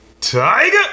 Tiger